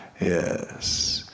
yes